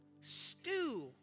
stew